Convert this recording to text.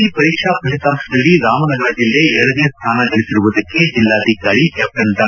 C ಪರೀಕ್ಷಾ ಫಲಿತಾಂಶದಲ್ಲಿ ರಾಮನಗರ ಜಿಲ್ಲೆ ಎರಡನೇ ಸ್ಥಾನಗಳಿಸಿರುವುದಕ್ಕೆ ಜಿಲ್ಲಾಧಿಕಾರಿ ಕ್ಯಾಪ್ಸನ್ ಡಾ